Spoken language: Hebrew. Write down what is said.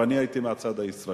ואני הייתי מן הצד הישראלי.